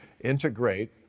integrate